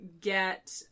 get